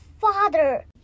father